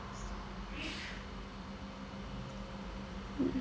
mm